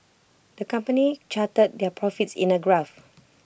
the company charted their profits in A graph